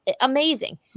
Amazing